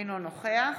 אינו נוכח